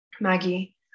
maggie